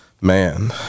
man